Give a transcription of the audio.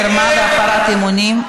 מרמה והפרת אמונים),